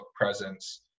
presence